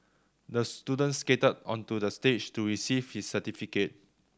the student skated onto the stage to receive his certificate